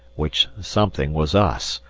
which something was us,